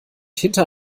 hinter